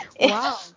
Wow